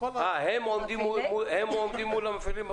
הם עומדים מול המפעילים הפרטיים.